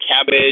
cabbage